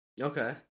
Okay